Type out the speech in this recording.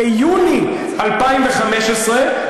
ביוני 2015,